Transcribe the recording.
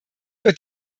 wird